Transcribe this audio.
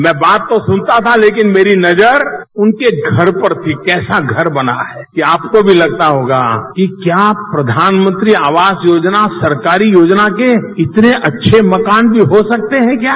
मैं बात तो सुनता था लेकिन मेरी नजर उनके घरपर थी कैसा घर बनाना है कि आपको लगता होगा कि क्या प्रधानमंत्री आवास योजना सरकारीयोजना के इतने अच्छे मकान भी हो सकते हैं क्या